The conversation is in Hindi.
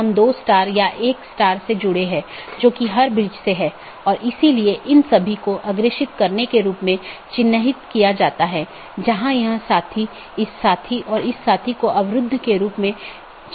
हमारे पास EBGP बाहरी BGP है जो कि ASes के बीच संचार करने के लिए इस्तेमाल करते हैं औरबी दूसरा IBGP जो कि AS के अन्दर संवाद करने के लिए है